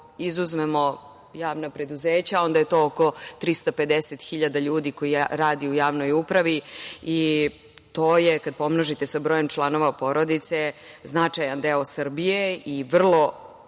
izuzmemo javna preduzeća, onda je to oko 350.000 ljudi koji rade u javnoj upravi i to je, kad pomnožite sa brojem članova porodice, značajan deo Srbije i vrlo